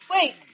Wait